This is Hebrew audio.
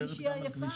אם מישהי עייפה,